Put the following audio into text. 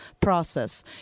process